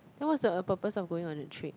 then what's the purpose of going on a trip